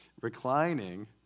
Reclining